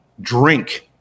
drink